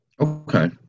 Okay